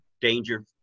danger